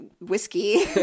whiskey